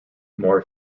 more